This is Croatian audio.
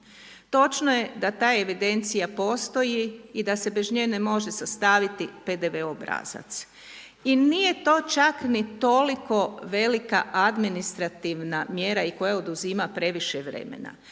Točno je da ta evidencija postoji i da se bez nje ne može sastaviti PDV obrazac i nije to čak ni toliko velika administrativna mjera koja oduzima previše vremena.